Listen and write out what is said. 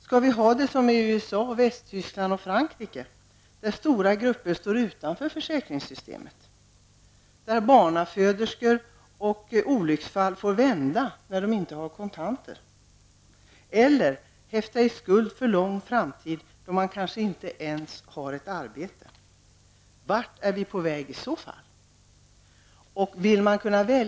Skall vi ha det som i USA, Tyskland och Frankrike, där stora grupper står utanför försäkringssystemet och barnaföderskor och olycksfallsdrabbade får vända när de inte har kontanter, eller får häfta i skuld för lång tid framöver, trots att de kanske inte ens har ett arbete? Vart är vi på väg i så fall?